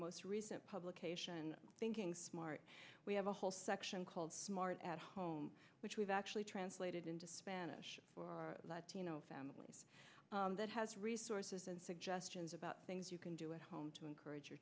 most recent publication thinking smart we have a whole section called smart at home which we've actually translated into spanish for latino families that has resources and suggestions about things you can do at home to encourage your